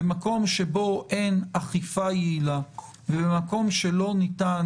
במקום שבו אין אכיפה יעילה ובמקום שלא ניתן